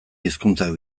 hizkuntzak